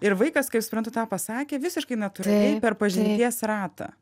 ir vaikas kaip suprantu tą pasakė visiškai natūraliai per pažinties ratą